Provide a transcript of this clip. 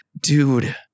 dude